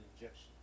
injection